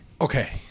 okay